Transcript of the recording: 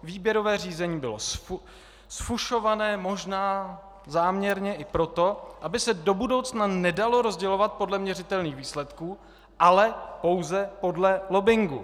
Výběrové řízení bylo zfušované možná záměrně i proto, aby se do budoucna nedalo rozdělovat podle měřitelných výsledků, ale pouze podle lobbingu.